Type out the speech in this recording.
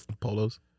Polos